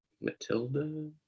Matilda